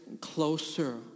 closer